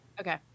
okay